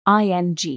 ing